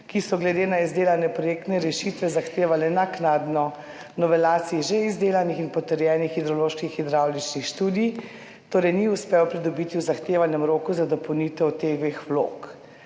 ki so glede na izdelane projektne rešitve zahtevale naknadne novelacije že izdelanih in potrjenih hidroloških hidravličnih študij, torej ni uspel pridobiti v zahtevanem roku za dopolnitev teh dveh vlog.